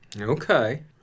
Okay